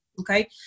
Okay